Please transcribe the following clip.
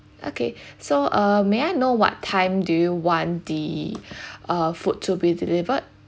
okay so uh may I know what time do you want the uh food to be delivered